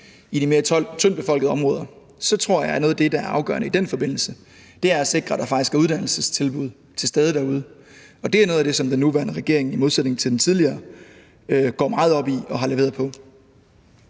i de mere tyndtbefolkede områder, tror jeg, at noget af det, der er afgørende i den forbindelse, er at sikre, at der faktisk er uddannelsestilbud til stede derude, og det er noget af det, som den nuværende regering i modsætning til den tidligere går meget op i og har leveret på.